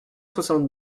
soixante